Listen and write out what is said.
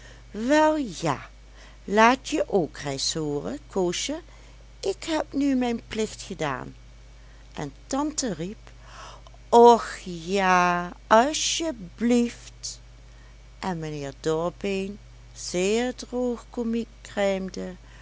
wel ja laat je ook reis hooren koosje ik heb nu mijn plicht gedaan en tante riep och ja asjeblieft en mijnheer dorbeen zeer